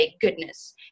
goodness